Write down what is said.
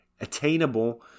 attainable